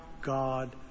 God